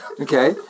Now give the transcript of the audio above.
Okay